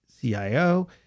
CIO